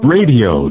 Radio